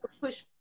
push